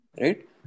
right